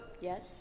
yes